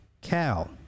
Cal